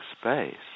space